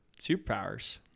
Superpowers